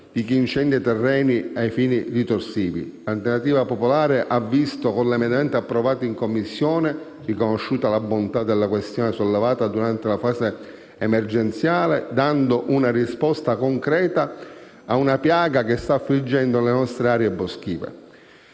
chi incendia terreni a fini ritorsivi. Alternativa Popolare ha visto, con l'emendamento approvato in Commissione, riconosciuta la bontà della questione sollevata durante la fase emergenziale, dando una risposta concreta ad una piaga che sta affliggendo le nostre aree boschive.